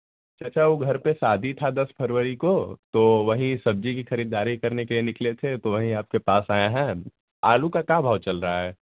चाचा ऊ घर पर शादी था दस फरवरी को तो वही सब्ज़ी की खरीदारी करने के लिए निकले थे तो वही आप के पास आया है आलू का क्या भाव चल रहा है